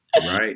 Right